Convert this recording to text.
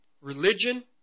Religion